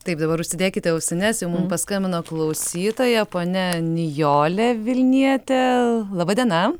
taip dabar užsidėkite ausines jau mum paskambino klausytoja ponia nijolė vilnietė laba diena